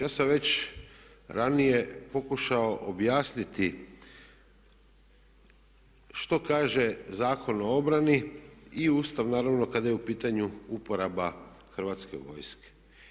Ja sam već ranije pokušao objasniti što kaže Zakon o obrani i Ustav naravno kada je u pitanju uporaba Hrvatske vojske.